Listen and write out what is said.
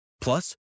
Plus